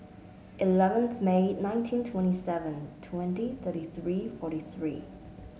eleventh May nineteen twenty seven twenty thirty three forty three